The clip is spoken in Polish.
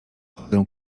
chodzę